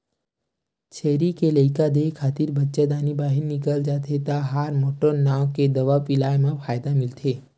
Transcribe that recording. छेरी के लइका देय खानी बच्चादानी बाहिर निकल जाथे त हारमोटोन नांव के दवा पिलाए म फायदा मिलथे